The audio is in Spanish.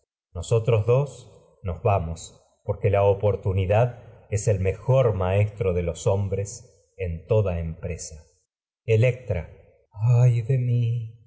nosotros dos nos es vamos los la oportunidad el mejor maestro de hombres toda empresa electra ay de mi